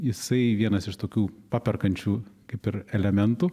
jisai vienas iš tokių paperkančių kaip ir elementų